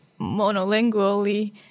monolingually